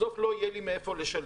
בסוף לא יהיה לי מאיפה לשלם.